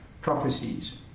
prophecies